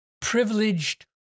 privileged